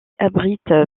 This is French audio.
abrite